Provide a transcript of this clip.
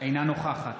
אינה נוכחת